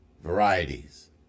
varieties